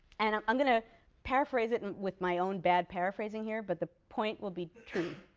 and i'm i'm going to paraphrase it and with my own bad paraphrasing here, but the point will be true.